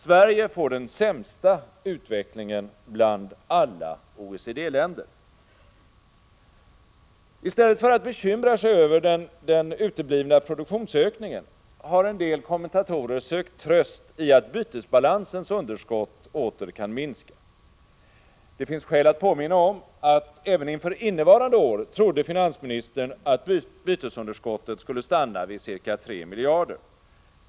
Sverige får den sämsta utvecklingen bland alla OECD-länder. Istället för att bekymra sig över den uteblivna produktionsökningen har en del kommentatorer sökt tröst i att bytesbalansens underskott åter kan minska. Det finns skäl att påminna om att även inför innevarande år trodde finansministern att bytesunderskottet skulle stanna vid ca 3 miljarder.